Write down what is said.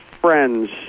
Friends